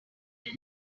will